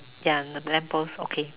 ya the lamp post okay